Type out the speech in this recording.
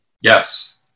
Yes